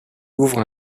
ouvre